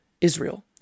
Israel